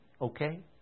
okay